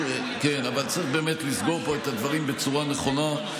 אבל צריך באמת לסגור פה את הדברים בצורה נכונה,